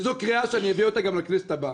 זו קריאה שאני אביא אותה גם לכנסת הבאה.